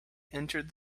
entered